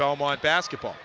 belmont basketball